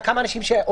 האכיפה.